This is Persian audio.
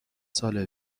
سال